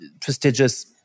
prestigious